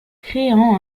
créant